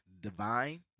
divine